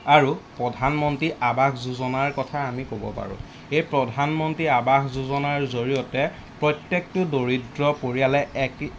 আৰু প্ৰধানমন্ত্ৰী আৱাস যোজনাৰ কথা আমি ক'ব পাৰোঁ এই প্ৰধানমন্ত্ৰীৰ আৱাস যোজনাৰ জৰিয়তে প্ৰত্যেকটো দৰিদ্ৰ পৰিয়ালে একি